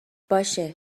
باشه